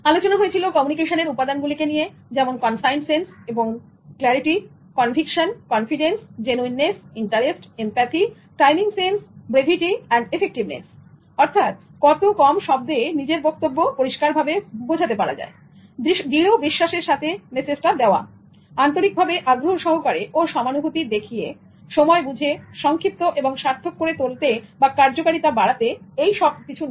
আলোচনা হয়েছিল কমিউনিকেশনের উপাদান গুলি কে নিয়ে যেমন কন্সাইসেন্স এবং ক্লারিটিকনভিকশনকনফিডেন্সজেনুইননেস ইন্টারেস্টInterest এমপ্যাথি এবং টাইমিংসেন্স ব্রেভিটি এন্ড এফেক্টিভনেস অর্থাৎ কত কম শব্দে নিজের বক্তব্য পরিষ্কারভাবে বোঝানো দৃঢ় বিশ্বাসের সাথে মেসেজ দেওয়া আন্তরিকভাবে আগ্রহ সহকারে ও সমানুভূতি দেখিয়ে সময় বুঝে সংক্ষিপ্ত এবং সার্থক করে তোলা বা কার্যকরীতা এইসব নিয়ে